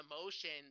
emotions